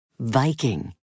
Viking